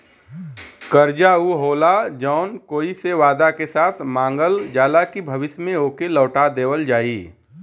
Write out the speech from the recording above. कर्जा ऊ होला जौन कोई से वादा के साथ मांगल जाला कि भविष्य में ओके लौटा देवल जाई